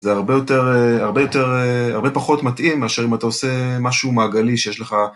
זה הרבה יותר אהה.. הרבה יותר אהה.. הרבה פחות מתאים מאשר אם אתה עושה משהו מעגלי שיש לך